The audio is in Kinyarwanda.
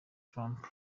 trump